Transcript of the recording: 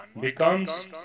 becomes